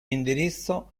indirizzo